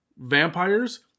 vampires